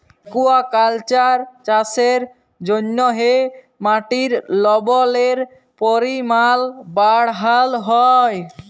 aquaculture চাষের জ্যনহে মাটির লবলের পরিমাল বাড়হাল হ্যয়